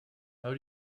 how